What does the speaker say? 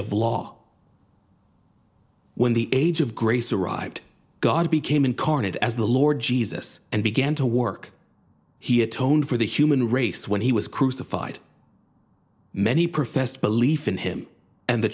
of law when the age of grace arrived god became incarnate as the lord jesus and began to work he atone for the human race when he was crucified many professed belief in him and the